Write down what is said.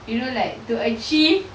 you know like to achieve